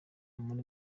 muri